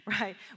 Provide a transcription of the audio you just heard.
right